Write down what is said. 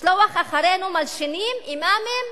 לשלוח אחרינו מלשינים, אימאמים,